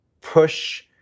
push